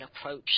approach